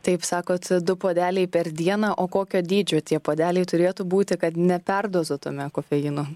taip sakot du puodeliai per dieną o kokio dydžio tie puodeliai turėtų būti kad neperdozuotume kofeino